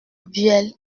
bueil